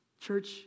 Church